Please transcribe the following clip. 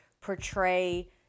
portray